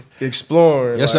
exploring